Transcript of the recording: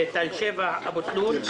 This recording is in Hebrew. תל שבע ואבו תלול,